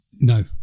No